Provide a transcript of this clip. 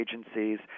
agencies